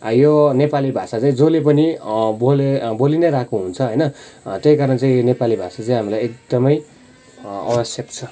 यो नेपाली भाषा चाहिँ जसले पनि बोले बोली नै रहेको हुन्छ होइन त्यही कारण चाहिँ नेपाली भाषा चाहिँ एकदमै आवश्यक छ